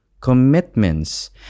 commitments